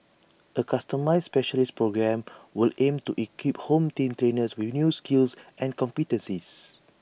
A customised specialist programme will aim to equip home team trainers with new skills and competencies